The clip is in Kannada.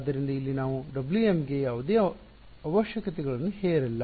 ಆದ್ದರಿಂದ ಇಲ್ಲಿ ನಾವು W m ಗೆ ಯಾವುದೇ ಅವಶ್ಯಕತೆಗಳನ್ನು ಹೇರಿಲ್ಲ